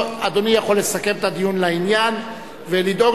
אדוני יכול לסכם את הדיון לעניין ולדאוג